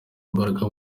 imbaraga